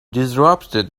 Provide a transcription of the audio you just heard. disrupted